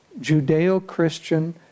Judeo-Christian